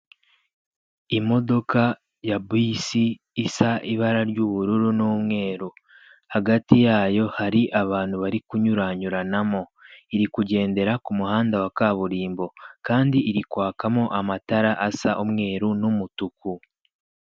Imodoka ya busi isa ibara ry'ubururu n'umweru hagati yayo hari abantu bari kunyuranyuranamo irikugendera ku muhanda wa kaburimbo kandi iri kwakamo amatara asa umweru n'umutuku.